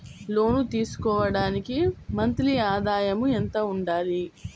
లోను తీసుకోవడానికి మంత్లీ ఆదాయము ఎంత ఉండాలి?